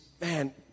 man